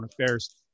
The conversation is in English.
affairs